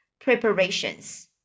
preparations